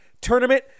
tournament